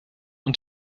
und